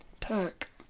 Turk